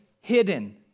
hidden